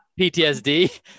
PTSD